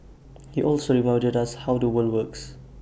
he also reminded us how the world worked